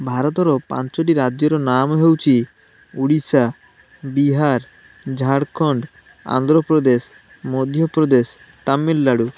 ଭାରତର ପାଞ୍ଚଟି ରାଜ୍ୟର ନାମ୍ ହେଉଛି ଓଡ଼ିଶା ବିହାର ଝାଡ଼ଖଣ୍ଡ ଆନ୍ଧ୍ରପ୍ରଦେଶ ମଧ୍ୟପ୍ରଦେଶ ତାମିଲନାଡ଼ୁ